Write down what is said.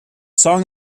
song